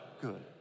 good